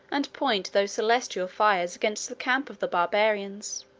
and point those celestial fires against the camp of the barbarians.